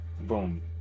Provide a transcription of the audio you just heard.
boom